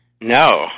No